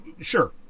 Sure